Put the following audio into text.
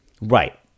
Right